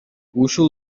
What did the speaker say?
ушул